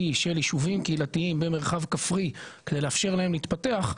של ישובים קהילתיים במרחב כפרי כדי לאפשר להם להתפתח,